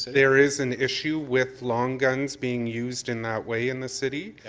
there is an issue with long guns being used in that way in the city. yep.